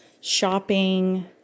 shopping